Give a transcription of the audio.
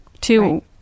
two